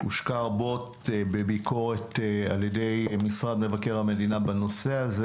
הושקע רבות בביקורת על ידי משרד מבקר המדינה בנושא הזה.